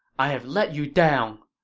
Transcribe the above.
i have let you down!